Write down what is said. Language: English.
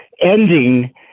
ending